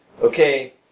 okay